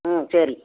ம் சரி